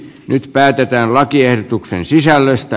nyt päätetään lakiehdotuksen sisällöstä